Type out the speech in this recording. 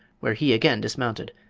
where he again dismounted.